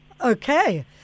Okay